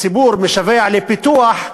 הציבור משווע לפיתוח,